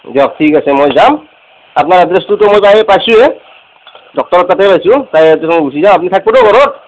দিয়ক ঠিক আছে মই যাম আপ্নাৰ এড্ৰেছটোতো মই পাই পাইছোঁৱেই ডক্টৰৰ তাতে পাইছোঁ গুচি যাম আপ্নি থাকবো দক ঘৰত